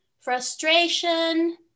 Frustration